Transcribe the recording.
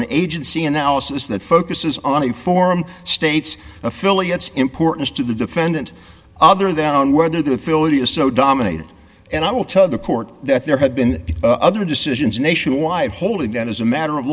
an agency analysis that focuses on the form states affiliates importance to the defendant other than on whether the philip is so dominated and i will tell the court that there had been other decisions nationwide hold and that is a matter of